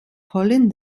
polen